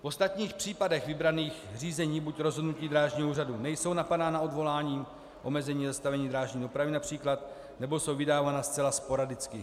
V ostatních případech vybraných řízení buď rozhodnutí Drážního úřadu nejsou napadána odvoláním, omezení a zastavení drážní dopravy například, nebo jsou vydávána zcela sporadicky.